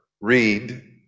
read